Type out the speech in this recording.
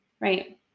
Right